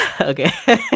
Okay